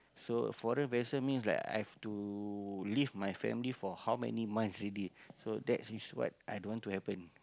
so foreign vessels mean like I have to leave my family for how many months already so that is what i don't want to happen